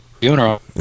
funeral